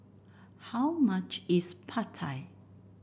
how much is Pad Thai